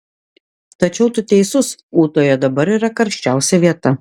tačiau tu teisus ūtoje dabar yra karščiausia vieta